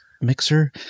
mixer